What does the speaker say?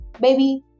baby